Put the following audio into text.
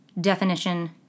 Definition